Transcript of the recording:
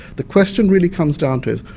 the question really comes down to is,